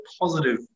positive